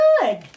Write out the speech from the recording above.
good